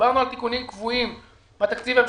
כשדיברנו על תיקונים קבועים בתקציב ההמשכי,